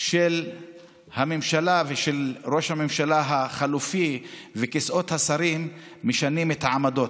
של הממשלה ושל ראש הממשלה החלופי וכיסאות השרים משנים את העמדות.